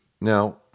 Now